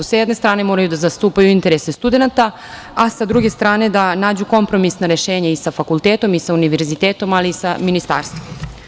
Sa jedne strane, moraju da zastupaju interese studenata, a sa druge strane da nađu kompromisna rešenja i sa fakultetom i sa univerzitetom, ali i sa ministarstvom.